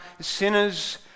sinners